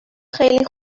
خیلی